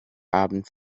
abend